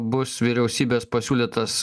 bus vyriausybės pasiūlytas